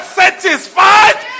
satisfied